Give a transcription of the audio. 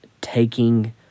taking